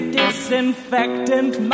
disinfectant